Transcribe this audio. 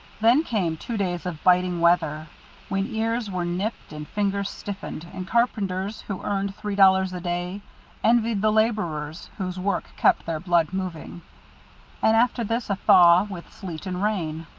then came two days of biting weather when ears were nipped and fingers stiffened, and carpenters who earned three dollars a day envied the laborers, whose work kept their blood moving and after this a thaw, with sleet and rain.